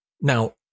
Now